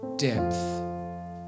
Depth